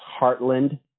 heartland